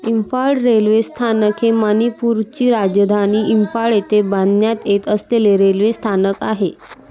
इम्फाळ रेल्वेस्थानक हे मणिपूरची राजधानी इम्फाळ येथे बांधण्यात येत असलेले रेल्वेस्थानक आहे